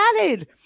added